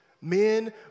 Men